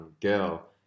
girl